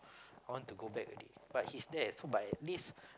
I want to go back already but he's there so but at least